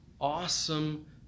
awesome